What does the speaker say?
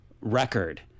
record